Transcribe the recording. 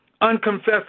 Unconfessed